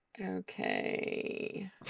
Okay